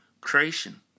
creation